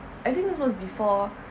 I think this was before